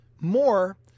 more